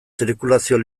zirkulazioa